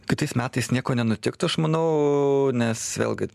kitais metais nieko nenutiktų aš manau nes vėlgi